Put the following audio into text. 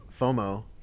FOMO